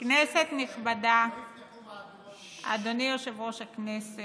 חדשות --- לא יפתחו מהדורות --- אדוני יושב-ראש הכנסת,